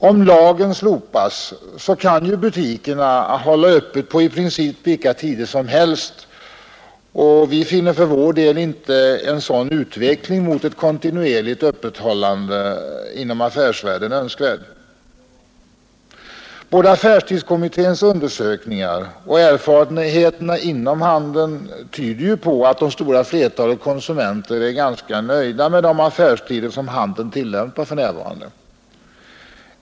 Om lagen slopas, kan ju butikerna hålla öppet på i princip vilka tider som helst, och vi finner för vår del inte en sådan utveckling mot ett ”kontinuerligt öppethållande” inom affärsvärlden önskvärd. Både affärstidskommitténs undersökningar och erfarenheterna inom handeln tyder på att det stora flertalet konsumenter i stort sett är nöjda med de affärstider som handeln tillämpar för närvarande.